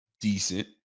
decent